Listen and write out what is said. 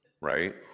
right